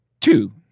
Two